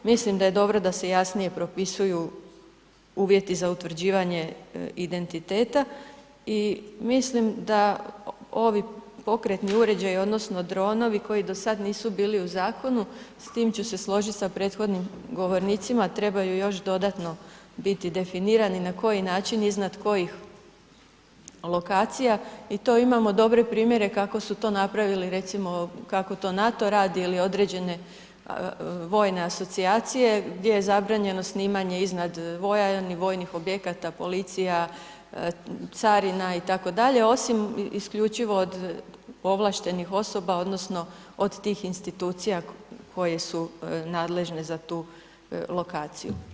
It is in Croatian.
Mislim da je dobro da se jasnije propisuju uvjeti za utvrđivanje identiteta i mislim da ovi pokretni uređaju, odnosno dronovi koji do sad nisu bili u zakonu, s tim ću se složiti s prethodnim govornicima, trebaju još dodatno biti definirani, na koji način, iznad kojih lokacija i to imamo dobrih primjere kako su to napravili, recimo, kako to NATO radi ili određene vojne asocijacije gdje je zabranjeno snimanje iznad vojarni, vojnih objekata, policija, carina, itd., osim isključivo od ovlaštenih osoba odnosno od tih institucija koje su nadležne za tu lokaciju.